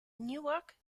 newark